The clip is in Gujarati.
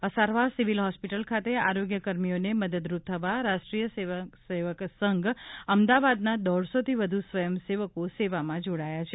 અસારવા સિવિલ હોસ્પિટલ ખાતે આરોગ્યકર્મીઓને મદદરૂપ થવા રાષ્ટ્રીય સ્વયંસેવક સંઘ અમદાવાદના દોઢસોથી વધુ સ્વયંસેવકો સેવામાં જોડાયા છે